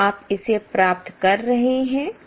क्या आप इसे प्राप्त कर रहे हैं